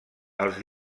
els